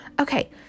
Okay